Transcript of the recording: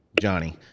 Johnny